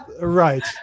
Right